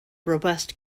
robust